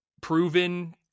Proven